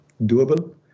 doable